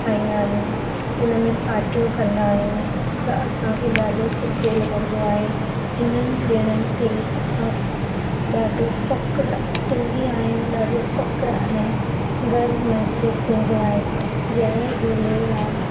ठाहींदा आहियूं उनमें पाटियूं कंदा आहियूं त असांखे ॾाढो सुठो लॻंदो आहे इन्हनि ॾिणनि ते असांखे ॾाढो फ़ख़्रु सिंधी आहियूं ॾाढो फ़ख़्रु आहे गर्व महसूस थींदो आहे जय झूलेलाल